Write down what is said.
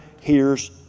hears